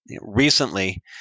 recently